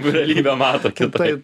realybę mato kitaip